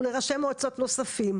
ולראשי מועצות נוספים,